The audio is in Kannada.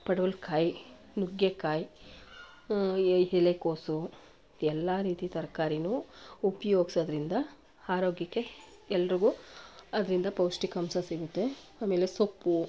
ಪಡುವಲಕಾಯಿ ನುಗ್ಗೆಕಾಯಿ ಎಲೆಕೋಸು ಎಲ್ಲ ರೀತಿ ತರಕಾರಿನು ಉಪಯೋಗ್ಸೋದ್ರಿಂದ ಆರೋಗ್ಯಕ್ಕೆ ಎಲ್ರಿಗೂ ಅದರಿಂದ ಪೌಷ್ಟಿಕಾಂಶ ಸಿಗುತ್ತೆ ಆಮೇಲೆ ಸೊಪ್ಪು